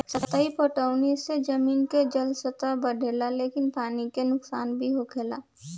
सतही पटौनी से जमीन के जलस्तर बढ़ेला लेकिन पानी के नुकसान भी होखेला